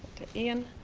to ian.